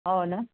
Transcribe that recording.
हो ना